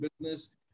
business